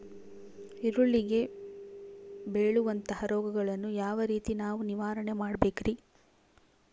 ಈರುಳ್ಳಿಗೆ ಬೇಳುವಂತಹ ರೋಗಗಳನ್ನು ಯಾವ ರೇತಿ ನಾವು ನಿವಾರಣೆ ಮಾಡಬೇಕ್ರಿ?